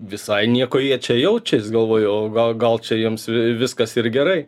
visai nieko jie čia jaučias galvoju o gal gal čia jiems vi viskas ir gerai